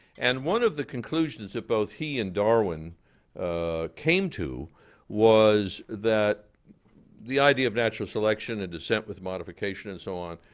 and one of the conclusions that both he and darwin came to was that the idea of natural selection, a descent with modification, and so on,